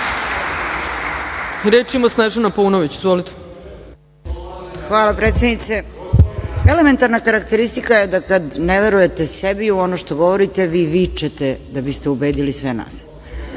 **Snežana Paunović** Hvala, predsednice. Elementarna karakteristika je da kada ne verujete sebi u ono što govorite vi vičete da biste ubedili sve nas.